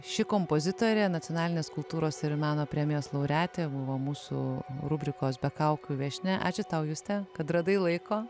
ši kompozitorė nacionalinės kultūros ir meno premijos laureatė buvo mūsų rubrikos be kaukių viešnia ačiū tau juste kad radai laiko